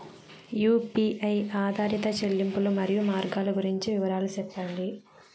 UPI ఆధారిత చెల్లింపులు, మరియు మార్గాలు గురించి వివరాలు సెప్పండి?